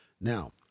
Now